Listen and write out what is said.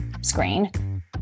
screen